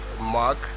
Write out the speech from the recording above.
Mark